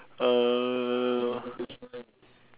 uh